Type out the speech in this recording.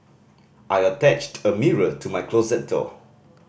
I attached a mirror to my closet door